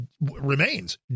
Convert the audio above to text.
remains